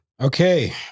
Okay